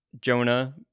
Jonah